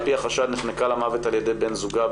על פי החשד נחנקה למוות על ידי בן זוגה.